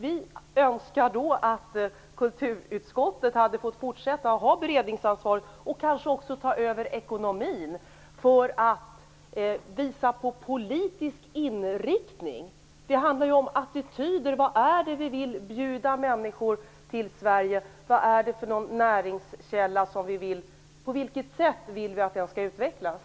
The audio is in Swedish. Vi hade önskat att kulturutskottet fick fortsätta att ha beredningsansvaret och att det kanske även fick ta över ekonomin för att visa på en politisk inriktning. Det handlar ju om attityder. Vad är det vi vill bjuda de människor på som kommer till Sverige? På vilket sätt vill vi att turismen näringskälla skall utvecklas?